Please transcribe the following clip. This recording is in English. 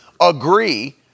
agree